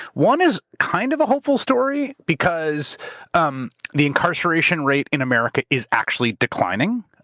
one is kind of a hopeful story because um the incarceration rate in america is actually declining.